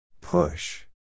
Push